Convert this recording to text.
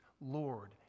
Lord